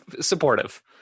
supportive